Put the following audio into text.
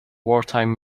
wartime